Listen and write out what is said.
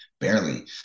barely